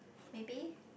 maybe